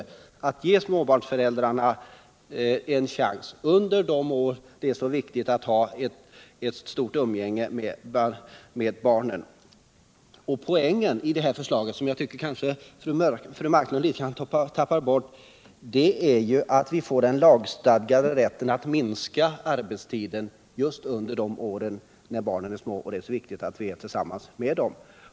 Skulle viinte kunna ge småbarnsföräldrarna en chans till ett större umgänge med sina barn under de år det är så viktigt att ha det? Poängen i det här förslaget. vilken jag tvcker fru Marklund tappar bort, är att vi får den lagstadgade rätten att minska arbetstiden under de år barnen är små och då det är så viktigt att vi är ullsammans med dem.